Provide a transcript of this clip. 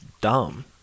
dumb